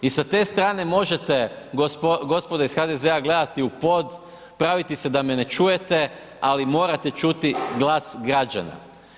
I sa te strane možete gospodo iz HDZ-a gledati u pod, praviti se da me ne čujete, ali morate čuti glas građana.